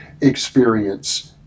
experience